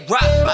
Rock